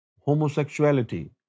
homosexuality